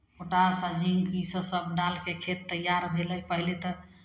potash आ zinc इसभ सभ डालि कऽ खेत तैयार भेलै पहिले तऽ